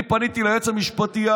אני פניתי ליועץ המשפטי.